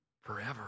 Forever